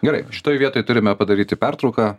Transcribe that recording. gerai šitoj vietoj turime padaryti pertrauką